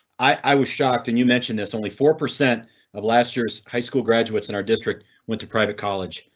i was shocked and you mentioned this only four percent of last year's high school graduates in our district went to private college.